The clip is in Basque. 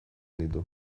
ditu